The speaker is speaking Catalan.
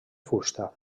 fusta